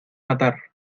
matar